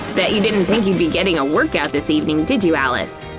bet you didn't think you'd be getting a workout this evening did you, alice?